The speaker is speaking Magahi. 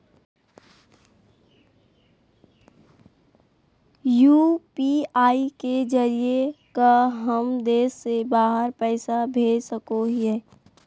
यू.पी.आई के जरिए का हम देश से बाहर पैसा भेज सको हियय?